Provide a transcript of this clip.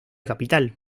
capital